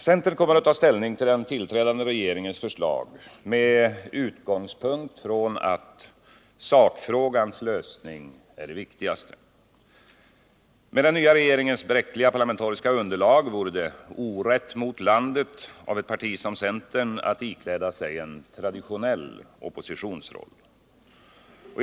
Centern kommer att ta ställning till den tillträdande regeringens förslag med utgångspunkt i att sakfrågans lösning är det viktigaste. Med den nya regeringens bräckliga parlamentariska underlag vore det orätt mot landet av ett parti som centern att ikläda sig en traditionell oppositionsroll.